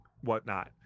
whatnot